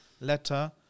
letter